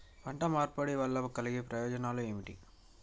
పంట మార్పిడి వల్ల కలిగే ప్రయోజనాలు ఏమిటి?